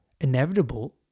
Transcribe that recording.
inevitable